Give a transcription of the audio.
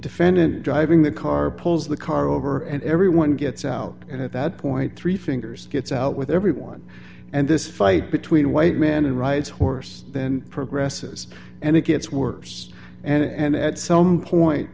defendant driving the car pulls the car over and everyone gets out and at that point three fingers gets out with everyone and this fight between white men and rides horse then progresses and it gets worse and at some point